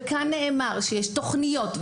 כאן נאמר שיש תוכניות,